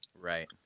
Right